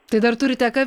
tai dar turite ką